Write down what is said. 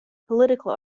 political